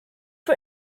for